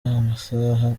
amasaha